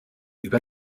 über